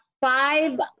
five